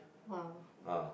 !wow!